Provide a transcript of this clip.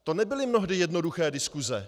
To nebyly mnohdy jednoduché diskuse.